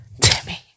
Timmy